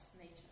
nature